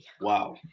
Wow